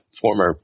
former